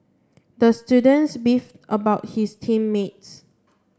the student beefed about his team mates